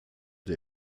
der